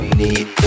need